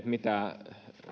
mitä